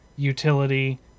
utility